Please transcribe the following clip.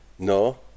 No